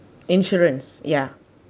insurance ya